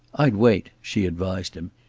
i'd wait, she advised him.